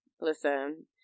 listen